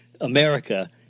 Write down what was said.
America